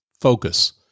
focus